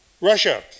Russia